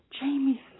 Jamie